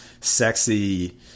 sexy